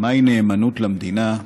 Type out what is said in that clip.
מהי נאמנות למדינה,